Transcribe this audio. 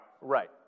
Right